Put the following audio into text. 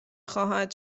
خواهد